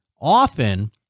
often